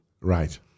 Right